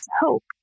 hope